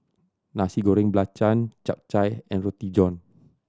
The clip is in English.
Nasi Goreng Belacan Chap Chai and Roti John